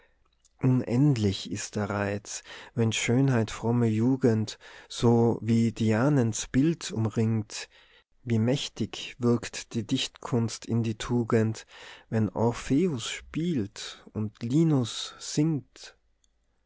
unendlich ist der reiz wenn schönheit fromme jugend so wie dianens bild umringt wie mächtig wirkt die dichtkunst in die tugend wenn orpheus spielt und linus singt